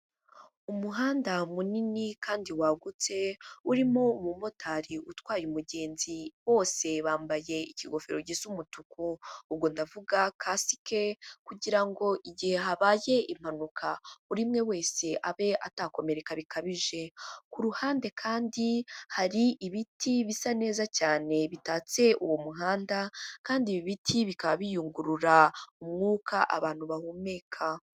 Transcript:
Umuhanda munini kandi wagutse urimo umumotari utwaye umugenzi bose bambaye ikigofero gisa umutuku, ubwo ndavuga kasike kugira ngo igihe habaye impanuka buri mwe wese abe atakomereka bikabije, ku ruhande kandi hari ibiti bisa neza cyane bitatse uwo muhanda kandi ibi biti bikaba biyungurura umwuka abantu bahumeka.